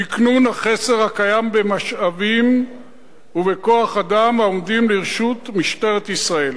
תקנוּן החסר הקיים במשאבים ובכוח-אדם העומדים לרשות משטרת ישראל,